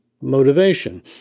motivation